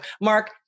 Mark